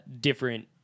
different